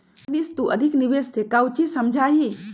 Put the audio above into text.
मोहनीश तू अधिक निवेश से काउची समझा ही?